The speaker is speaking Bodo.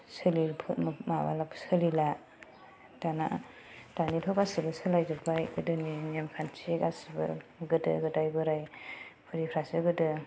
सोलिफु माब्बाला सोलिला दाना दानिथ' गासैबो सोलायजोब्बाय गोदोनि नेम खान्थि गासैबो गोदो गोदाय बोराय बुरिफ्रासो गोदो